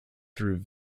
through